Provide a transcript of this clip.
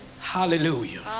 Hallelujah